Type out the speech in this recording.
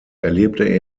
erlebte